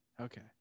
okay